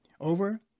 Over